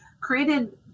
created